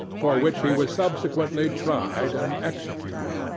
for which he was subsequently tried and executed.